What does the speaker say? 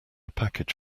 package